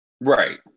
right